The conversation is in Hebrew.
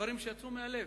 דברים שיצאו מהלב.